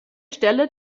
stelle